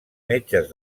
metges